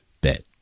bet